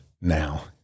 now